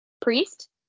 Priest